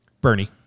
Bernie